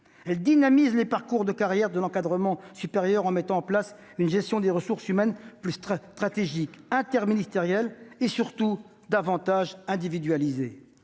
Elle dynamise les parcours de carrière de l'encadrement supérieur, en mettant en place une gestion des ressources humaines plus stratégique, interministérielle et, surtout, davantage individualisée.